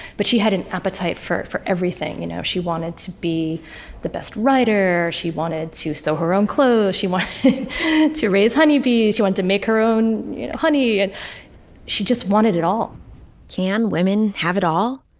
but she had an appetite for it for everything you know she wanted to be the best writer. she wanted to sew her own clothes she wants to raise honeybees you want to make her own honey and she just wanted it all can women have it all.